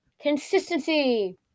consistency